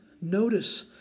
notice